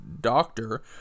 doctor